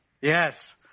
Yes